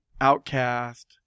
outcast